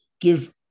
give